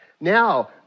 Now